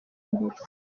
impeta